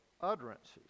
utterances